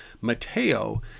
Mateo